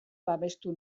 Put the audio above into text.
babestu